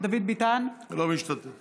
דוד ביטן, אינו משתתף